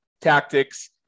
tactics